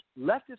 leftist